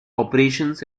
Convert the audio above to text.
operations